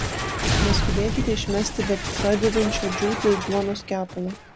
neskubėkite išmesti bepradedančio džiūti duonos kepalo